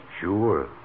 Sure